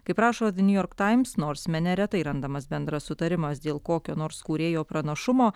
kaip rašo the new york times nors mene retai randamas bendras sutarimas dėl kokio nors kūrėjo pranašumo